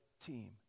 team